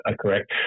Correct